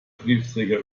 briefträger